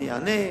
אני אענה,